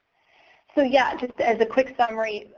so yeah, just as a quick summary.